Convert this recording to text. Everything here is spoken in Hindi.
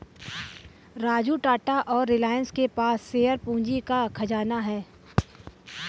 राजू टाटा और रिलायंस के पास शेयर पूंजी का खजाना है